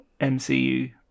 MCU